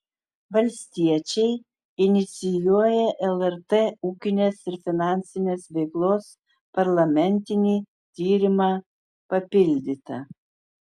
valstiečiai inicijuoja lrt ūkinės ir finansinės veiklos parlamentinį tyrimą papildyta